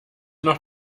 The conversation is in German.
noch